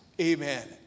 Amen